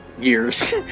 years